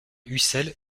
ussel